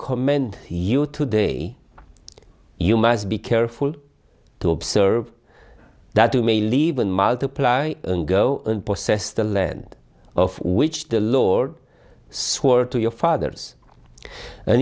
commend you today you must be careful to observe that you may leave and multiply and go and process the land of which the lord swore to your fathers a